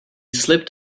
slipped